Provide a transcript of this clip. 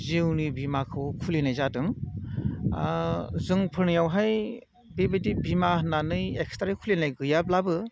जिउनि बीमाखौ खुलिनाय जादों जोंफोरनियावहाय बेबायदि बीमा होननानै एक्सट्रा खुलिनाय गैयाब्लाबो